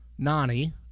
Nani